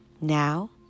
Now